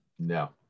No